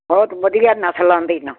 ਬਹੁਤ ਵਧੀਆ ਨਸਲਾਂ ਦੇ ਨ